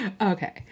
Okay